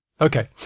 Okay